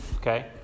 okay